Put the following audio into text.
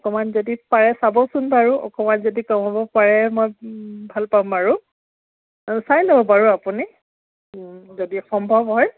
অকণমান যদি পাৰে চাবচোন বাৰু অকণমান যদি কমাব পাৰে মই ভাল পাম আৰু বাৰু চাই লওক বাৰু আপুনি যদি সম্ভৱ হয়